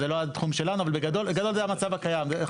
אבל בגדול זה המצב הקיים.